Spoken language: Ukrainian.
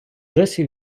досі